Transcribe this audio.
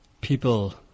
people